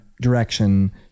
direction